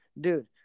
dude